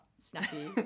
snappy